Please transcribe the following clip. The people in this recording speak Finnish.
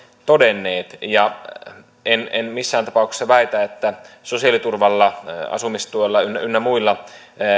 todenneet en en missään tapauksessa väitä että sosiaaliturvalla asumistuella ynnä ynnä muilla